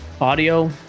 audio